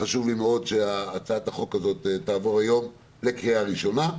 חשוב לי מאוד שהצעת החוק הזו תעבור היום לקריאה ראשונה,